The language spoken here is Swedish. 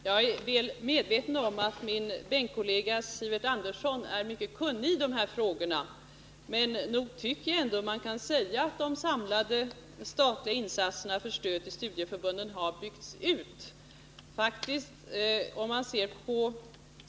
Herr talman! Jag är väl medveten om att min bänkkollega Sivert Andersson är mycket kunnig i dessa frågor. Men nog tycker jag ändå att man kan säga att de samlade statliga insatserna för stöd till studieförbunden har byggts ut.